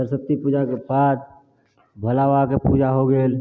सरस्वती पूजाके बाद भोला बाबाके पूजा हो गेल